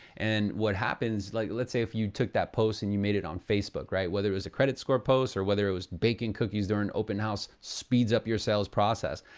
and what happens, like let's say if you took that post and you made it on facebook, right? whether it was a credit s core post or whether it was baking cookies during open house speeds up your sales process.